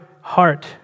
heart